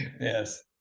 Yes